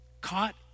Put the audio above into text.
caught